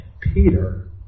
Peter